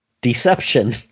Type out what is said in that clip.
Deception